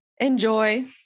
Enjoy